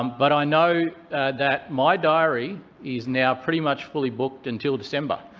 um but i know that my diary is now pretty much fully booked until december.